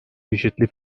çeşitli